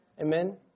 Amen